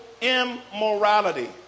immorality